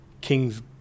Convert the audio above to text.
king's